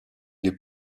les